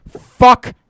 Fuck